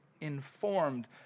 informed